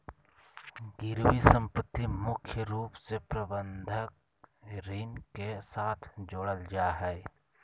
गिरबी सम्पत्ति मुख्य रूप से बंधक ऋण के साथ जोडल जा हय